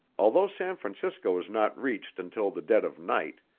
although san francisco was not reached until the dead of night,